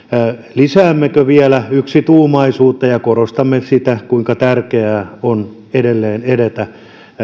lisäämmekö vielä yksituumaisuutta ja korostammeko sitä kuinka tärkeää on edelleen edetä